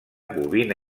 bovina